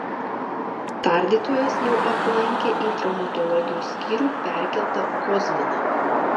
tardytojas jau aplankė į traumatologijos skyrių perkeltą kozminą